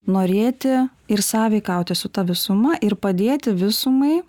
norėti ir sąveikauti su ta visuma ir padėti visumai